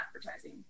advertising